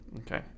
Okay